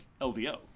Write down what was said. LVO